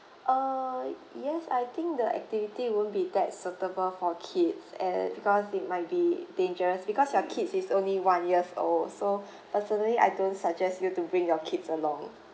err yes I think the activity won't be that suitable for kids and because they might be dangerous because your kids is only one years old so uh certainly I don't suggest you to bring your kids along